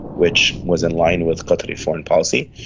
which was in line with qatari foreign policy,